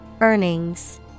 Earnings